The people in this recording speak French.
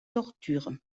torture